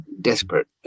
desperate